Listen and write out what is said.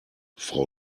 frau